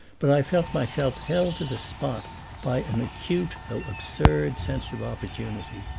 but i felt myself held to the spot by an acute, though absurd, sense of opportunity.